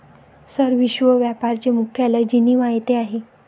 sir, विश्व व्यापार चे मुख्यालय जिनिव्हा येथे आहे